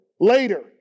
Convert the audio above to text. later